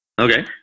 okay